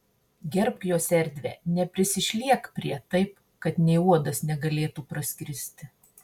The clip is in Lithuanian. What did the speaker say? gerbk jos erdvę neprisišliek prie taip kad nė uodas negalėtų praskristi